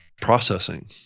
processing